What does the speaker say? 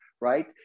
right